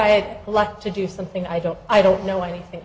i'd like to do something i don't i don't know anything